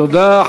תודה.